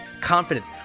confidence